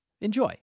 Enjoy